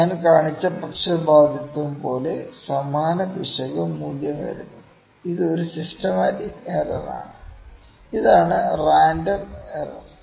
ഞാൻ കാണിച്ച പക്ഷപാതിത്വം പോലെ സമാന പിശക് മൂല്യം വരുന്നു ഇതൊരു സിസ്റ്റമാറ്റിക് എറർ ആണ് ഇതാണ് റാൻഡം എറർ